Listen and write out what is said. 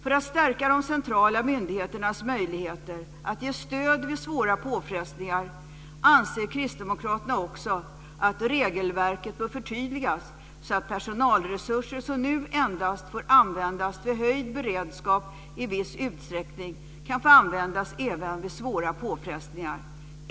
För att stärka de centrala myndigheternas möjligheter att ge stöd vid svåra påfrestningar anser kristdemokraterna också att regelverket bör förtydligas så att personalresurser som nu endast får användas vid höjd beredskap i viss utsträckning kan användas även vid svåra påfrestningar.